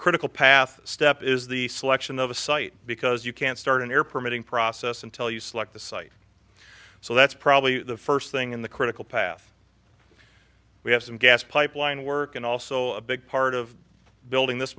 critical path step is the selection of a site because you can't start an air permitting process until you select the site so that's probably the first thing in the critical path we have some gas pipeline work and also a big part of building this